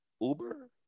Uber